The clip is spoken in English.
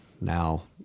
Now